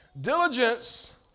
Diligence